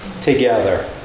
together